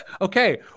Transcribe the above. okay